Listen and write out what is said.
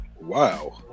Wow